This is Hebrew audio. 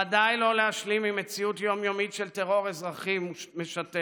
ודאי לא להשלים עם מציאות יום-יומית של טרור אזרחי משתק.